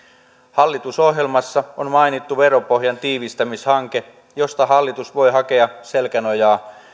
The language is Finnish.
hallitusohjelmassa on mainittu veropohjan tiivistämishanke josta hallitus voi hakea selkänojaa